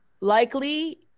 likely